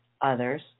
others